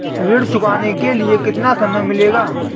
ऋण चुकाने के लिए कितना समय मिलेगा?